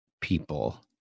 people